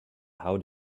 how